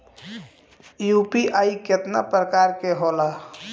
UPI केतना प्रकार के होला?